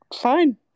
fine